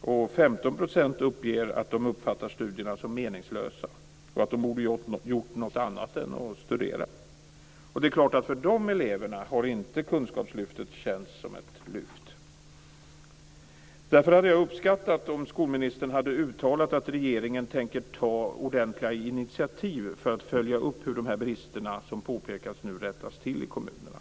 och 15 % uppger att de uppfattar studierna som meningslösa och att de borde gjort något annat än att studera. Det är klart att för de eleverna har inte kunskapslyftet känts som ett lyft. Därför hade jag uppskattat om skolministern hade uttalat att regeringen tänker ta ordentliga initiativ för att följa upp så att de brister som nu påpekas rättas till i kommunerna.